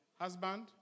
husband